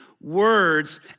words